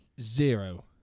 zero